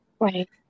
Right